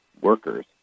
workers